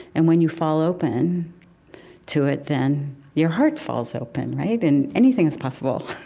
and when you fall open to it, then your heart falls open, right? and anything is possible